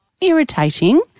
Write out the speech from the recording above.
irritating